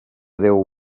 déu